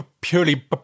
purely